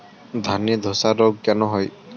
ধানে ধসা রোগ কেন হয়?